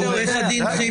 תגיד את מה שאתה יודע,